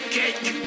cake